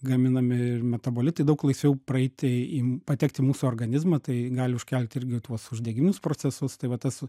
gaminami ir metabolitai daug laisviau praeiti į patekt į mūsų organizmą tai gali užkelt irgi tuos uždegiminius procesus tai va tas